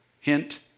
Hint